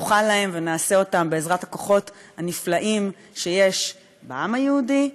נוכל להם ונעשה אותם בעזרת הכוחות הנפלאים שיש בעם היהודי,